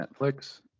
Netflix